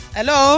Hello